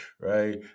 right